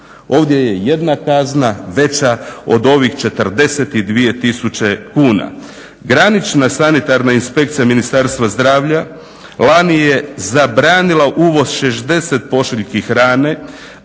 Ovdje je jedna kazna veća od ovih 42 tisuće kuna. Granična sanitarna inspekcija Ministarstva zdravlja lani je zabranila uvoz 60 pošiljki hrane,